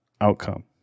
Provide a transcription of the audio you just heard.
outcome